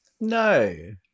No